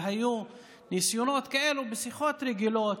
והיו ניסיונות כאלו בשיחות רגילות,